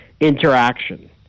interaction